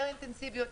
יותר אינטנסיביות,